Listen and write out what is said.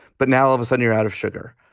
but now all of a sudden you're out of sugar.